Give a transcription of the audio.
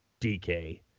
DK